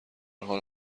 حال